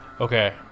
Okay